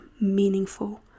meaningful